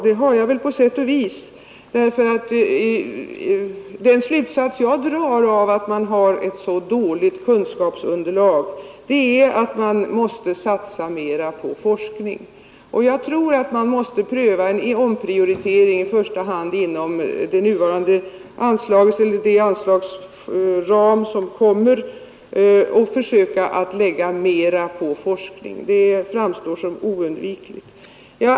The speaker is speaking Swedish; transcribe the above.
Det har jag väl på sätt och vis; den slutsats jag drar av att kunskapsunderlaget är så dåligt är att vi måste satsa mera på forskning och göra en omprioritering, i första hand beträffande det nuvarande anslaget eller inom den anslagsram som kommer, och försöka lägga mera pengar på forskningen. Det framstår som oundvikligt.